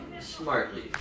smartly